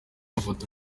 amafoto